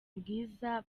bwiza